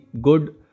good